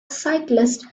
cyclists